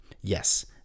Yes